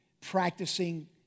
practicing